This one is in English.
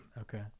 Okay